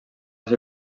ser